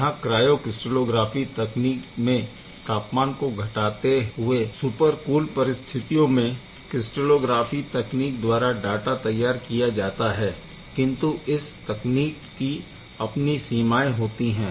यहाँ cryo crystallography तकनीक में तापमान को घटाते हुए सुपर कूल परिस्थिति में क्रिस्टेलोंग्राफ़ी तकनीक द्वारा डाटा तैयार किया जाता हैकिंतु इस तकनीक की अपनी सीमाएं होती है